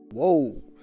Whoa